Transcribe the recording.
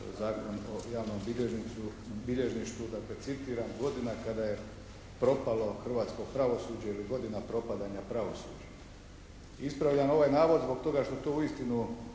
o javnom bilježništvu, dakle citiram: "Godina kada je propalo hrvatsko pravosuđe ili godina propadanja pravosuđa". Ispravljam ovaj navod zbog toga što to uistinu